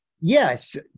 yes